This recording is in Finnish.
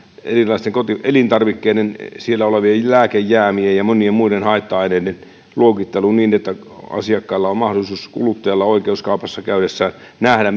erilaisissa elintarvikkeissa olevien lääkejäämien ja monien muiden haitta aineiden luokittelu niin että asiakkaalla kuluttajalla on mahdollisuus ja oikeus kaupassa käydessään nähdä